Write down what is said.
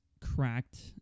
cracked